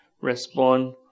Respond